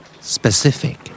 Specific